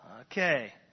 Okay